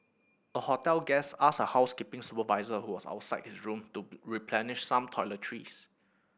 a hotel guest asked a housekeeping supervisor who was outside his room to replenish some toiletries